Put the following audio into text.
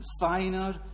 finer